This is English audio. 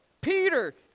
Peter